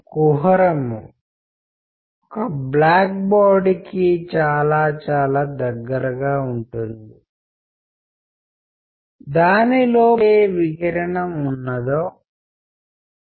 కనుక ఇంటర్ప్రిటేషన్ అన్నది చాలా ముఖ్య పాత్ర పోషిస్తోంది సామాజిక సాంస్కృతిక సందర్భంలో మనకు జనాలతో లావాదేవీలు ఉన్నప్పుడు మనము జనాలతో సంభాషించిన పుడు మనకు గ్రూప్ డైనమిక్స్ ఉన్నప్పుడు అంచనా వేయడానికి ఎవరు ఏమంటున్నారో ఊహించడానికి